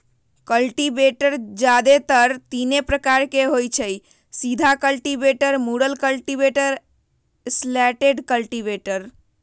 cultivator जादेतर तीने प्रकार के होई छई, सीधा कल्टिवेटर, मुरल कल्टिवेटर, स्लैटेड कल्टिवेटर